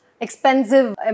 expensive